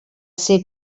ser